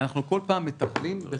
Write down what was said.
אנחנו כל פעם מטפלים בחלק.